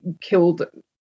killed